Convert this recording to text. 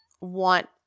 want